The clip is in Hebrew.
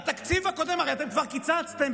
בתקציב הקודם הרי כבר קיצצתם,